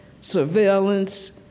surveillance